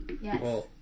Yes